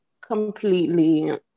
completely